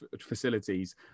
facilities